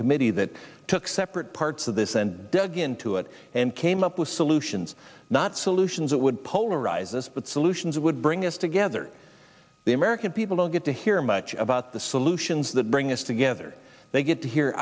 committee that took separate parts of this and dug into it and came up with solutions not solutions that would polarize us but solutions would bring us together the american people don't get to hear much about the solutions that bring us together they get to hear